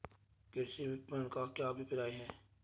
कृषि विपणन का क्या अभिप्राय है?